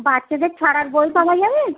বাচ্চাদের ছড়ার বই পাওয়া যাবে